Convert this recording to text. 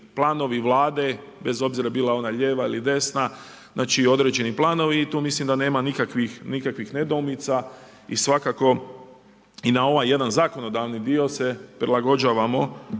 planovi Vlade, bez obzira bila ona lijeva ili desna, znači određeni planovi i tu mislim da nema nikakvih nedoumica i svakako i na ovaj jedan zakonodavni dio se prilagođavamo